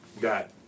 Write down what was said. got